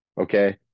okay